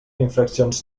infraccions